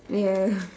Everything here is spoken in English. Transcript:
ya